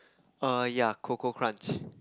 err ya Koko-Crunch